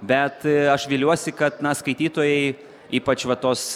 bet aš viliuosi kad na skaitytojai ypač va tos